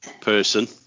person